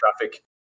traffic